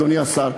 אדוני שר,